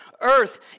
earth